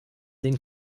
den